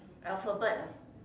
alphabet